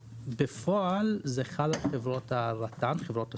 בפועל זה חל על חברות הסלולר.